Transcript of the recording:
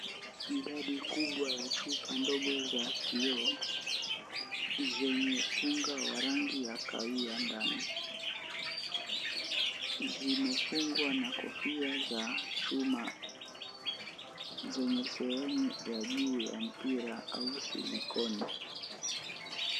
Idadi kubwa ya chupa ndogo za kioo zenye unga wa rangi ya kahawia ndani, zimefungwa na kofia za chuma, zenye sehemu ya juu ya mpira au silikoni.